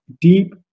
deep